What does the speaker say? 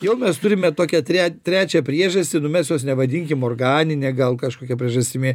jau mes turime tokią tre trečią priežastį nu mes jos nevadinkim organine gal kažkokia priežastimi